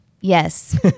Yes